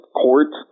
court